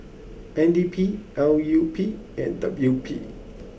N D P L U P and W P